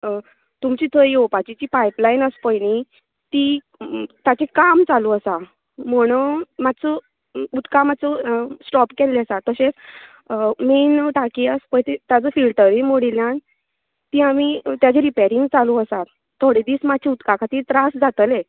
हं तुमचे थंय येवपाची जी पायपलायन आसा पय न्ही ती ताजे काम चालू आसा म्हणून मात्सो उदका मात्सो स्टोप केल्ले आसा तशेंच अ मेन न्हू टाकी आसा पय ताजो फिलटरूय मोडिल्यान ती आमी ताजे रिपॅरिंग चालू आसा थोडे दिस मात्शे उदका खातीर त्रास जातले